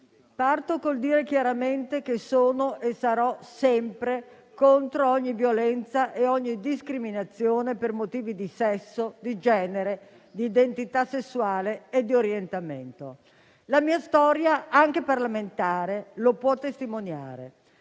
parto col dire chiaramente che sono e sarò sempre contro ogni violenza e ogni discriminazione per motivi di sesso, di genere, di identità sessuale e di orientamento. La mia storia, anche parlamentare, lo può testimoniare